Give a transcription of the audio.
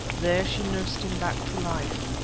there she nursed him back to life.